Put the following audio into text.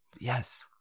Yes